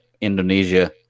Indonesia